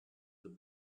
the